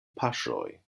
paŝoj